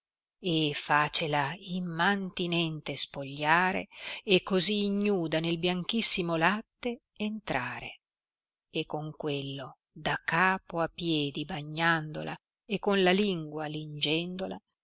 e fecela immantinente spogliare e così ignuda nel bianchissimo latte entrare e con quello da capo a piedi bagnandola e con la lingua lingendola